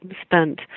spent